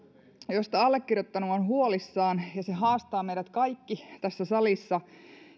josta allekirjoittanut on huolissaan se haastaa meidät kaikki tässä salissa